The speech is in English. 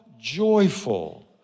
joyful